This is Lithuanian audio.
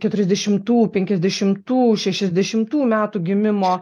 keturiasdešimtų penkiasdešimtų šešiasdešimtų metų gimimo